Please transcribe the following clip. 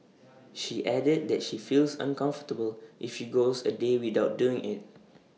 she added that she feels uncomfortable if she goes A day without doing IT